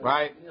Right